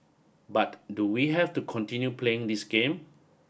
but do we have to continue playing this game